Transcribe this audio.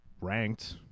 ranked